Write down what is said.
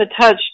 touch